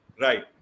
right